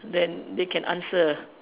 then they can answer